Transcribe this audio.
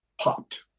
popped